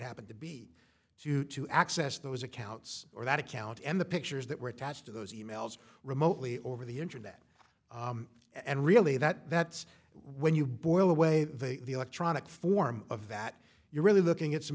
happen to be due to access those accounts or that account and the pictures that were attached to those e mails remotely over the internet and really that that's when you boil away the electronic form of that you're really looking at some